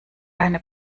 eine